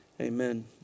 amen